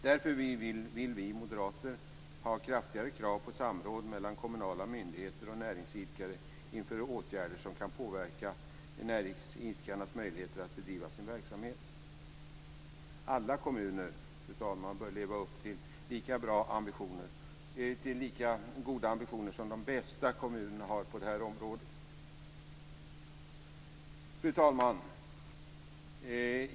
Därför vill vi moderater ha kraftigare krav på samråd mellan kommunala myndigheter och näringsidkare inför åtgärder som kan påverka näringsidkarnas möjligheter att bedriva sin verksamhet. Alla kommuner, fru talman, bör leva upp till lika goda ambitioner som de bästa kommunerna har på det här området. Fru talman!